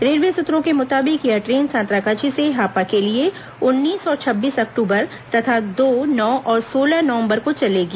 railway सूत्रों के मुताबिक यह ट्रेन सांतरागाछी से हापा के लिए उन्नीस और छब्बीस अक्टूबर तथा दो नौ और सोलह नवम्बर को चलेगी